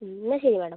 ഉം എന്നാൽ ശരി മാഡം